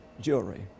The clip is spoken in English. jewelry